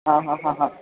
हां हां हां हां